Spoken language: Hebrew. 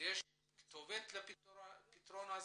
יש כתובת לפתרון הזה,